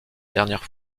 dernière